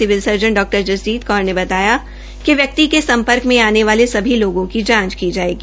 civil surgeon Dr Jasjit Kaur ने बताया कि व्यक्ति के सम्पर्क में आने वाले सभी लोगों की जांच की जायेगी